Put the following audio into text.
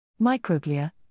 Microglia